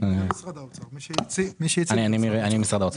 אני משרד האוצר.